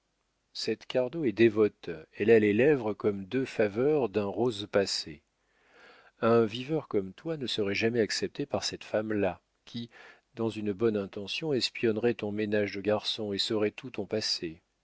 cette cardot si dévote elle a les lèvres comme deux faveurs d'un rose passé un viveur comme toi ne serait jamais accepté par cette femme-là qui dans une bonne intention espionnerait ton ménage de garçon et saurait tout